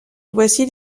voici